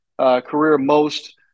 career-most